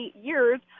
years